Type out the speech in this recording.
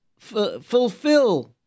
fulfill